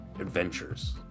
adventures